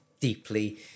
deeply